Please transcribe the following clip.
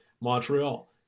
Montreal